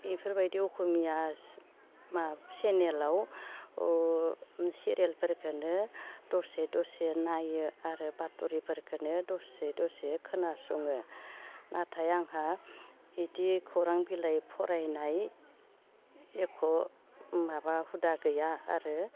इफोरबायदि असमिया चेनेलाव सिरियालफोरखोनो दसे दसे नायो आरो बाथ'रि फोरखोनो दसे दसे खोनासङो नाथाय आंहा इदि खौरां बिलाइ फरायनाय एख' माबा हुदा गैया आरो